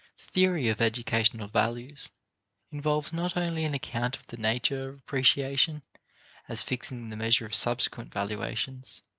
theory of educational values involves not only an account of the nature of appreciation as fixing the measure of subsequent valuations,